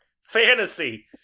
Fantasy